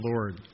Lord